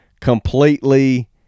completely